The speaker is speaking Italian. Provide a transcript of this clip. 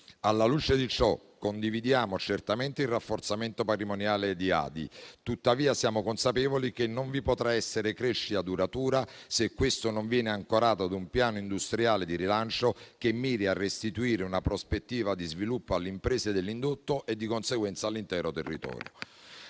Alla luce di ciò condividiamo certamente il rafforzamento patrimoniale di AdI. Tuttavia, siamo consapevoli che non vi potrà essere crescita duratura, se questo non viene ancorato a un piano industriale di rilancio che miri a restituire una prospettiva di sviluppo alle imprese dell'indotto e, di conseguenza, all'intero territorio.